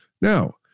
Now